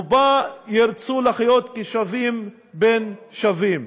ובה ירצו לחיות כשווים בין שווים.